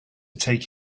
take